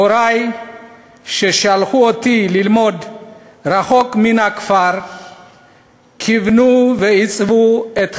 הורי ששלחו אותי ללמוד רחוק מן הכפר כיוונו ועיצבו את חיי.